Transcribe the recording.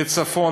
בצפון,